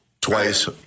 twice